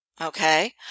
Okay